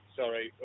sorry